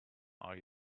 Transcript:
are